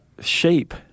shape